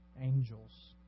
angels